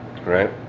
right